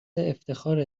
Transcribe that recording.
افتخاره